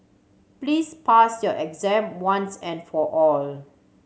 please pass your exam once and for all